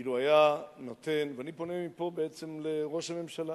אילו היה נותן, ואני פונה מפה בעצם לראש הממשלה,